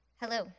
Hello